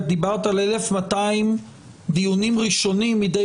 את דיברת על 1,200 דיונים ראשונים מידי